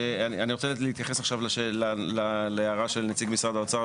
אני רוצה להתייחס עכשיו להערה של נציג משרד האוצר,